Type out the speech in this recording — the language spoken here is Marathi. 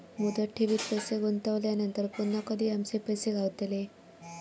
मुदत ठेवीत पैसे गुंतवल्यानंतर पुन्हा कधी आमचे पैसे गावतले?